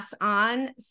on